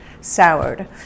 soured